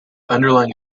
underlying